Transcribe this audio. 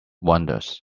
wonders